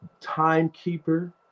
timekeeper